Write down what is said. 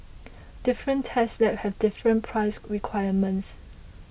different test labs have different price requirements